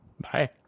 Bye